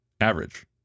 average